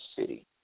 city